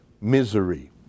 Misery